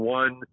one